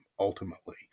ultimately